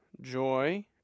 joy